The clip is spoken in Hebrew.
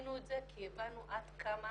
ועשינו את זה כי הבנו עד כמה